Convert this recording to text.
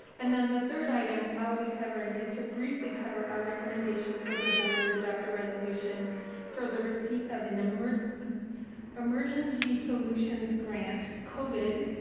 and then the third item i will be covering is to briefly cover our recommendation for the board to adopt a resolution for the receipt of an emergency emergency solutions grant covid,